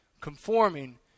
conforming